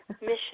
Mission